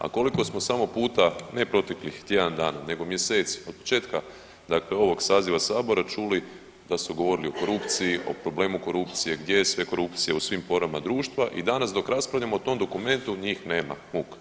A koliko smo samo puta, ne proteklih tjedan dana, nego mjeseci, od početka dakle ovog saziva Sabora čuli da su govorili o korupciji, o problemu korupcije, gdje je sve korupcija u svim porama društva i danas dok raspravljamo o tom dokumentu njih nema, muk.